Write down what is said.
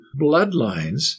bloodlines